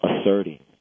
asserting